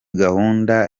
gahunda